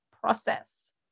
process